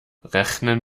rechnen